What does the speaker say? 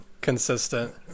consistent